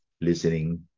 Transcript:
listening